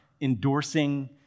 endorsing